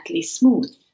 smooth